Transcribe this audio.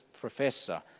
professor